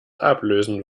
ablösen